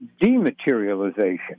dematerialization